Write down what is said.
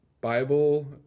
bible